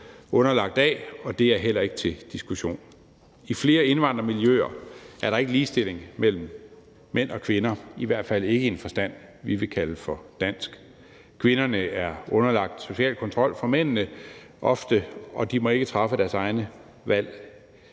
underlagt, og det er heller ikke til diskussion. I flere indvandrermiljøer er der ikke ligestilling mellem mænd og kvinder – i hvert fald ikke i en forstand, vi vil kalde for dansk. Kvinderne er ofte underlagt social kontrol fra mændenes side, og de må ikke træffe deres egne valg.